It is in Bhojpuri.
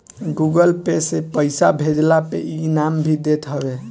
गूगल पे से पईसा भेजला पे इ इनाम भी देत हवे